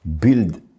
build